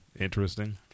Interesting